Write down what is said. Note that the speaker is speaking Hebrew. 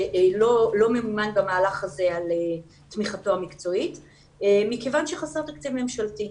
לא ממומן במהלך הזה על תמיכתו המקצועית מכיוון שחסר תקציב ממשלתי.